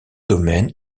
domaine